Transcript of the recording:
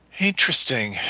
Interesting